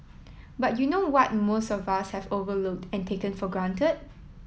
but you know what most of us have overlooked and taken for grant